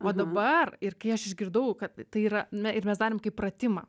o dabar ir kai aš išgirdau kad tai yra na ir mes darėm kaip pratimą